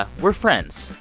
ah we're friends.